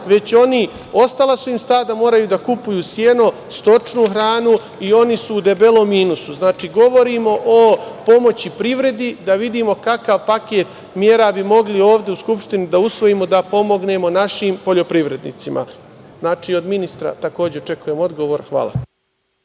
već su im ostala stada, moraju da kupuju seno, stočnu hranu i oni su u debelom minusu. Govorimo o pomoći privredi, da vidimo kakav paket mera bi mogli ovde u Skupštini, da usvojimo i pomognemo našim poljoprivrednicima. Od ministra, takođe očekujem odgovor, hvala.